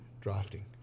drafting